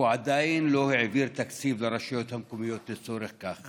הוא עדיין לא העביר תקציב לרשויות המקומיות לצורך זה.